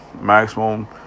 Maximum